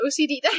OCD